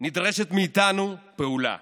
נדרשת מאיתנו פעולה.